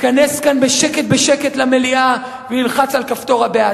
ייכנס כאן בשקט בשקט למליאה וילחץ על כפתור ה"בעד"?